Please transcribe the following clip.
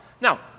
Now